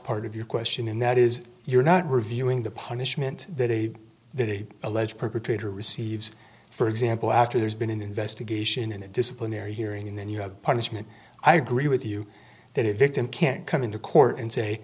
part of your question in that is you're not reviewing the punishment that they alleged perpetrator receives for example after there's been an investigation in a disciplinary hearing and then you have punishment i agree with you that if it's and can't come into court and say